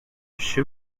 she